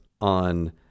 on